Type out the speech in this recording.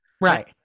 Right